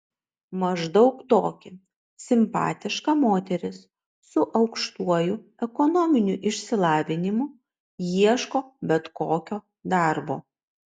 maždaug tokį simpatiška moteris su aukštuoju ekonominiu išsilavinimu ieško bet kokio darbo